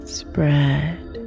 spread